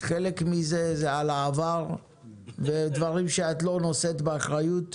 חלק מזה על העבר ודברים שאת לא נושאת באחריות,